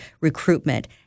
recruitment